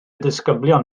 disgyblion